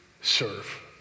serve